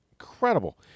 Incredible